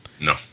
No